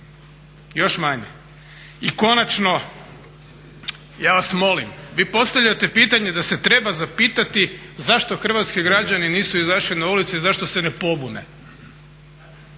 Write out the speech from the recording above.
još manje. I konačno, ja vas molim, vi postavljate pitanje da se treba zapitati zašto hrvatski građani nisu izašli na ulice i zašto se ne pobune.